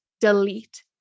delete